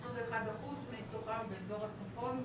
21% מתוכם באזור הצפון,